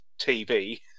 TV